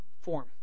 form